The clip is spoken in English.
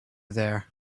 there